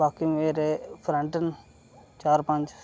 बाकी मेरे फ्रेंड न चार पंज